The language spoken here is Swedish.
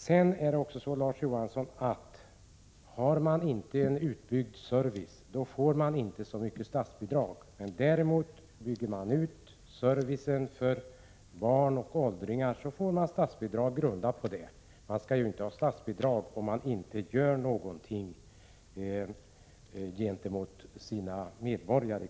Det är så, Larz Johansson, att en kommun som inte har en utbyggd service inte får så mycket statsbidrag. Om kommunen däremot bygger ut servicen för barn och åldringar får den statsbidrag grundat på detta. En kommun skall inte ha statsbidrag om den inte gör någonting för sina invånare.